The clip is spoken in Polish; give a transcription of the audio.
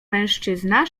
mężczyzna